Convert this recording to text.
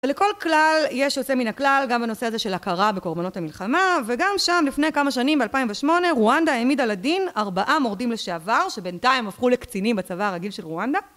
ולכל כלל, יש שיוצא מן הכלל, גם בנושא הזה של הכרה בקורבנות המלחמה, וגם שם, לפני כמה שנים, ב-2008, רואנדה העמידה לדין, ארבעה מורדים לשעבר, שבינתיים הפכו לקצינים בצבא הרגיל של רואנדה